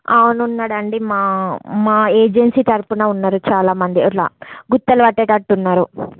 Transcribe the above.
ఆ అవును ఉన్నాడండి మా మా ఏజన్సీ తరుపున ఉన్నారు చాలా మంది అలా గుప్పలు కట్టేటట్టు ఉన్నారు